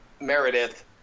Meredith